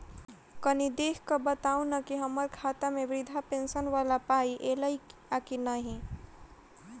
कनि देख कऽ बताऊ न की हम्मर खाता मे वृद्धा पेंशन वला पाई ऐलई आ की नहि?